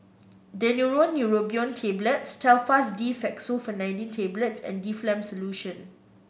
Daneuron Neurobion Tablets Telfast D Fexofenadine Tablets and Difflam Solution